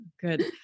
Good